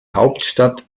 hauptstadt